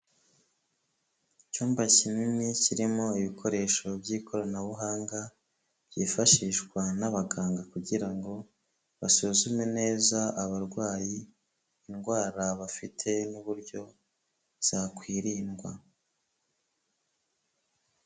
Icyumba kinini kirimo ibikoresho by'ikoranabuhanga, byifashishwa n'abaganga kugirango basuzume neza abarwayi, indwara bafite n'uburyo zakwirindwa.